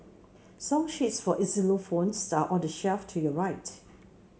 song sheets for xylophones are on the shelf to your right